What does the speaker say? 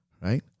right